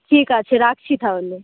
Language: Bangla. ঠিক আছে রাখছি তাহলে